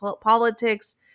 politics